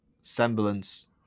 semblance